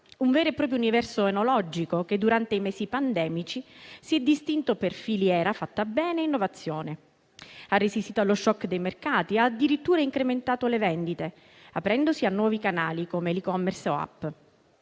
un vero e proprio universo enologico, che durante i mesi pandemici si è distinto per filiera fatta bene e innovazione; ha resistito allo *shock* dei mercati e ha addirittura incrementato le vendite, aprendosi a nuovi canali come *e-commerce* o *app*.